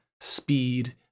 speed